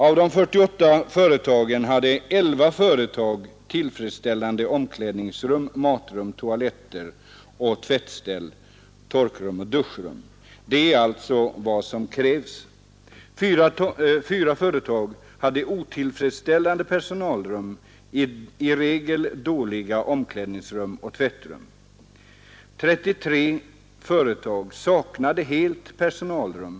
Av de 48 företagen hade 11 tillfredsställande omklädningsrum, matrum, toaletter och tvättställ, torkrum och duschrum — det är vad som krävs. Fyra företag hade otillfredsställande personalrum och i regel dåliga omklädningsrum och tvättrum. 33 företag saknade helt personalrum.